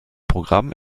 programm